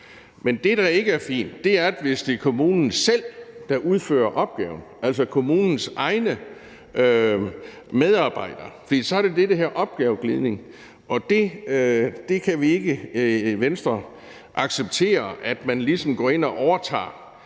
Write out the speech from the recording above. Men det, der ikke er fint, er, hvis det er kommunen selv, der udfører opgaven, altså kommunens egne medarbejdere. For så er det det, der hedder opgaveglidning. Og det kan vi ikke acceptere i Venstre, altså at man ligesom går ind og overtager